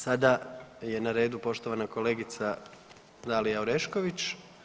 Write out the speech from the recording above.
Sada je na redu poštovana kolegica Dalija Orešković.